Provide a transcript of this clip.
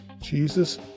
Jesus